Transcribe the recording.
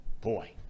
boy